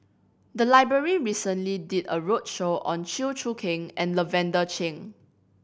the library recently did a roadshow on Chew Choo Keng and Lavender Chang